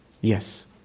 yes